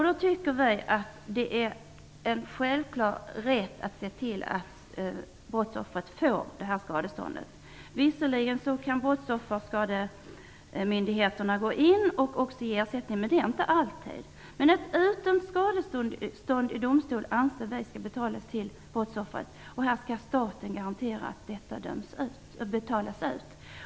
Därför är det självklart att man skall se till att brottsoffret får skadestånd. Visserligen kan brottsofferskademyndigheterna gå in och ge ersättning, men inte alltid. Vi anser att utdömt skadestånd skall betalas till brottsoffret. Här skall staten garantera att detta betalas ut.